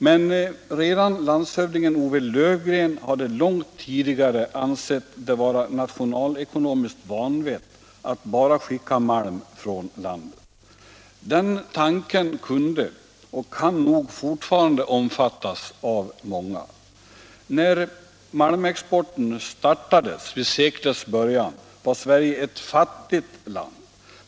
Men redan landshövdingen O. W. Lövgren hade långt tidigare ansett det vara nationalekonomiskt vanvett att bara skicka malm från landet. Den tanken kunde och kan nog fortfarande omfattas av många. När malmexporten startades vid seklets början var Sverige ett fattigt land.